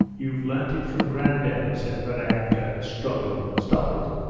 you've learnt it from grandad said maryanka, struggling. stop it